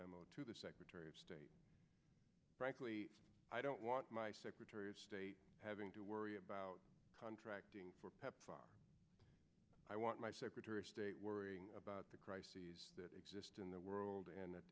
memo to the secretary of state frankly i don't want my secretary of state having to worry about contracting i want my secretary of state worrying about the crises that exist in the world and